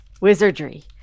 wizardry